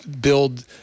build